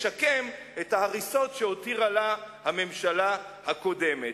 לשקם את ההריסות שהותירה לה הממשלה הקודמת.